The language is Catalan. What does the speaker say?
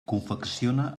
confecciona